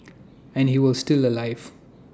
and he was still alive